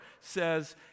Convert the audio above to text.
says